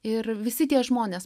ir visi tie žmonės